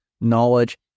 knowledge